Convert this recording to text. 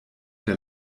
der